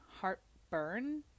heartburn